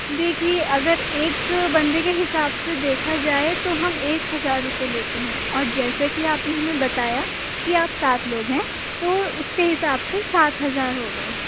دیکھیے اگر ایک بندے کے حساب سے دیکھا جائے تو ہم ایک ہزار روپے لیتے ہیں اور جیسے کہ آپ نے ہمیں بتایا کہ آپ سات لوگ ہیں تو اُس کے حساب سے سات ہزار ہوگئے